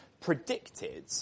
predicted